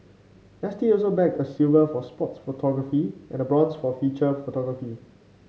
S T also bagged a silver for sports photography and a bronze for feature photography